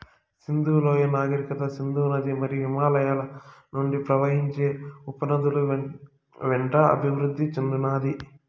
సింధు లోయ నాగరికత సింధు నది మరియు హిమాలయాల నుండి ప్రవహించే ఉపనదుల వెంట అభివృద్ది చెందినాది